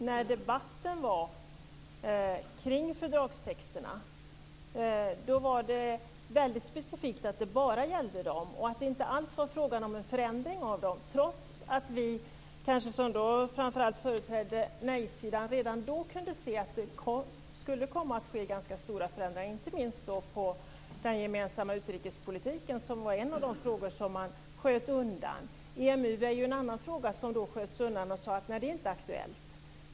När debatten fördes kring fördragstexterna var det väldigt specifikt att det bara gällde dem och att det inte alls var fråga om en förändring av dem, trots att framför allt vi som företrädde nejsidan redan då kunde se att det skulle komma att ske ganska stora förändringar, inte minst inom den gemensamma utrikespolitiken som var en av de frågor som man sköt undan. EMU är en annan fråga som då sköts undan och som man sade inte var aktuellt.